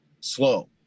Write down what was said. slow